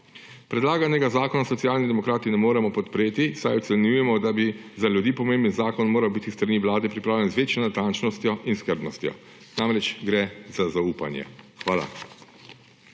Predlaganega zakona Socialni demokrati ne moremo podpreti, saj ocenjujemo, da bi za ljudi pomemben zakon moral biti s strani Vlade pripravljen z večjo natančnostjo in skrbnostjo. Namreč, gre za zaupanje. Hvala.